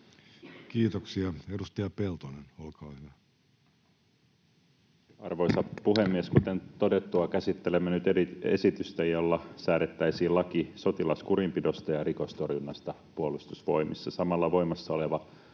laeiksi Time: 15:52 Content: Arvoisa puhemies! Kuten todettua, käsittelemme nyt esitystä, jolla säädettäisiin laki sotilaskurinpidosta ja rikostorjunnasta Puolustusvoimissa. Samalla voimassa oleva